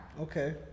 Okay